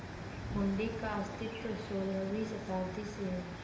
हुंडी का अस्तित्व सोलहवीं शताब्दी से है